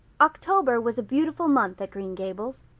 october was a beautiful month at green gables,